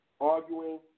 arguing